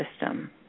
system